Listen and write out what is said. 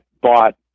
bought